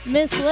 Miss